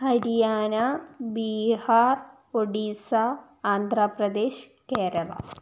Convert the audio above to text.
Haryana Bihar Odisha Andhra Pradesh Kerala